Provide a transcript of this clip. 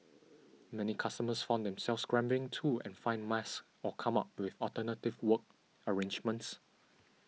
many customers found themselves scrambling to and find masks or come up with alternative work arrangements